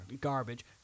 Garbage